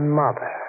mother